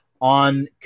on